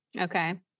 Okay